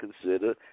consider